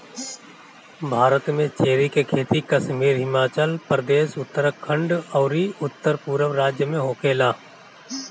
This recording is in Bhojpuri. भारत में चेरी के खेती कश्मीर, हिमाचल प्रदेश, उत्तरखंड अउरी उत्तरपूरब राज्य में होखेला